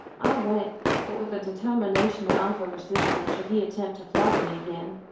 i went, but with the determination to offer resistance should he attempt to flog me again.